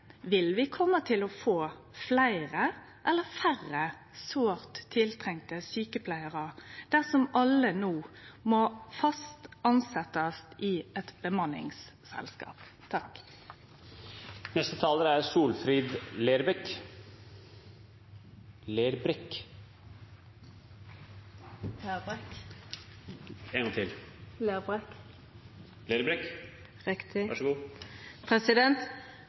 Vil vi kome til å få fleire eller færre sårt tiltrengte sjukepleiarar dersom alle no må bli fast tilsett i eit bemanningsselskap?